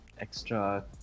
extra